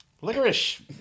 Licorice